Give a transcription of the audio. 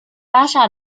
拉萨